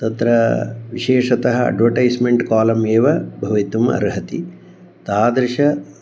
तत्र विशेषतः अड्वटैस्मेण्ट् कालम् एव भवितुम् अर्हति तादृशाः